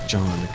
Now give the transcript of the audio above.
John